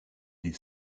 des